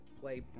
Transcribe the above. play